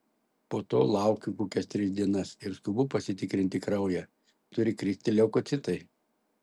po to laukiu kokias tris dienas ir skubu pasitikrinti kraują turi kristi leukocitai